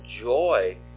joy